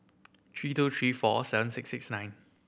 three two three four seven six six nine